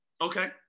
okay